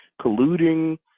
colluding